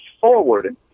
forward